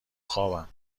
خوابم